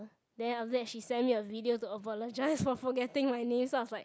then after that she send me a video to apologise for forgetting my name so I was like